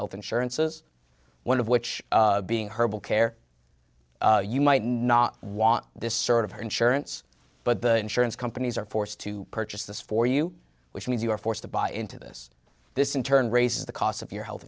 health insurances one of which being herbal care you might not want this sort of our insurance but the insurance companies are forced to purchase this for you which means you are forced to buy into this this in turn raises the cost of your health